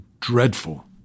dreadful